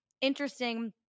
interesting